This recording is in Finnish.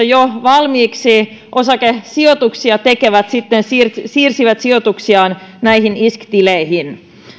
jo valmiiksi osakesijoituksia tekevät sitten siirsivät sijoituksiaan näihin isk tileihin